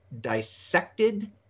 dissected